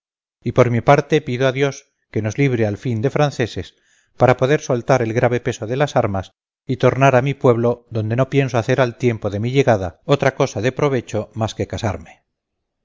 y por mi parte pido a dios que nos libre al fin de franceses para poder soltar el grave peso de las armas y tornar a mi pueblo donde no pienso hacer al tiempo de mi llegada otra cosa de provecho más que casarme